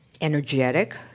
energetic